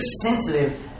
sensitive